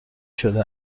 شده